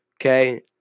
Okay